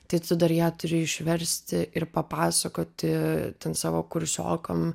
tai tu dar ją turi išversti ir papasakoti savo kursiokam